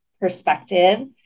perspective